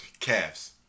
Cavs